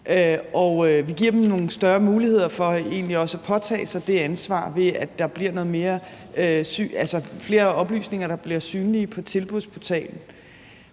nogle større muligheder for at påtage sig det ansvar, ved at der bliver flere oplysninger, der bliver synlige på tilbudsportalen.